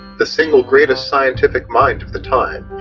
the single greatest scientific mind of the time,